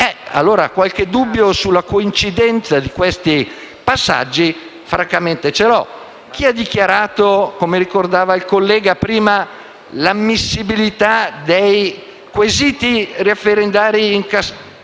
qualche dubbio sulla coincidenza di questi passaggi francamente ce l'ho. Chi ha dichiarato, come ricordava prima il collega, l'ammissibilità dei quesiti referendari in Cassazione?